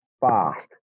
fast